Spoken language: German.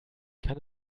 kann